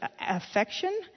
affection